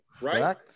right